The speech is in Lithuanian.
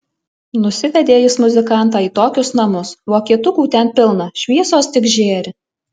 nusivedė jis muzikantą į tokius namus vokietukų ten pilna šviesos tik žėri